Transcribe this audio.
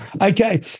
Okay